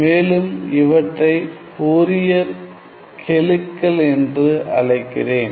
மேலும் இவற்றை ஃபோரியர் கெழுக்கள் என்று அழைக்கிறேன்